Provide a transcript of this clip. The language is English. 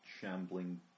shambling